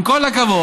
עם כל הכבוד,